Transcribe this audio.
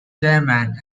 chairman